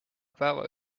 päeva